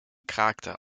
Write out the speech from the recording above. kraakte